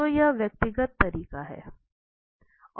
तो यह व्यक्तिगत तरीका है